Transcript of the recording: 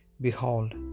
Behold